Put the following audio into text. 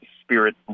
spirit